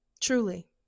truly